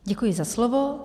Děkuji za slovo.